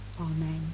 amen